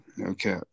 Okay